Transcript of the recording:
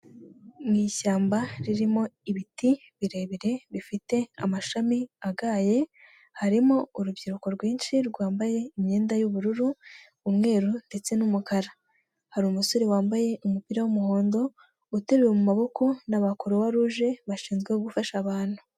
Mu ishyamba ririmo ibiti birebire bifite amashami agaye, harimo urubyiruko rwinshi rwambaye imyenda y'ubururu, umweru ndetse n'umukara, hari umusore wambaye umupira w'umuhondo uteruwe mu maboko na ba kuruwaruje bashinzwe gufasha abantu.